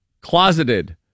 closeted